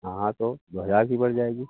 हाँ तो दो हजार की पड़ जाएगी